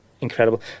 incredible